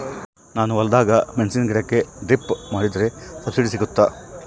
ನಾನು ಹೊಲದಾಗ ಮೆಣಸಿನ ಗಿಡಕ್ಕೆ ಡ್ರಿಪ್ ಮಾಡಿದ್ರೆ ಸಬ್ಸಿಡಿ ಸಿಗುತ್ತಾ?